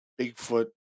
Bigfoot